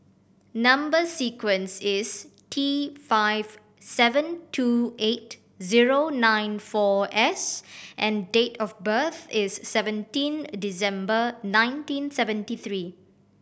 number sequence is T five seven two eight zero nine four S and date of birth is seventeen December nineteen seventy three